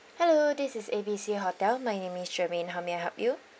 hello this is A B C hotel my name is germaine how may I help you